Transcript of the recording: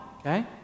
okay